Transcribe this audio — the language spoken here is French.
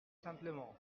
simplement